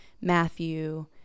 Matthew